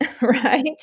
Right